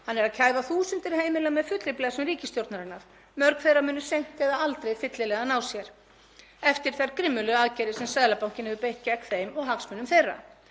Hann er að kæfa þúsundir heimila með fullri blessun ríkisstjórnarinnar. Mörg þeirra munu seint eða aldrei fyllilega ná sér eftir þær grimmilegu aðgerðir sem Seðlabankinn hefur beitt gegn þeim og hagsmunum þeirra.